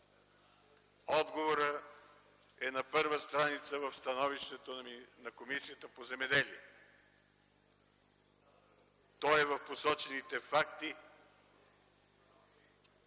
Отговорът е на първа страница в становището на Комисията по земеделието и горите – той е в посочените факти,